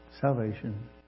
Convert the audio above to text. salvation